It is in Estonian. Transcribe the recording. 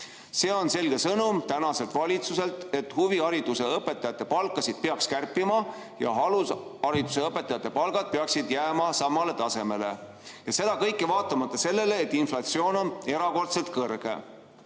See on selge sõnum tänaselt valitsuselt, et huvihariduse õpetajate palkasid peaks kärpima ja alushariduse õpetajate palgad peaksid jääma samale tasemele, ja seda kõike vaatamata sellele, et inflatsioon on erakordselt kõrge.